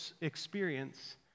experience